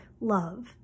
love